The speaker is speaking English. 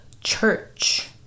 church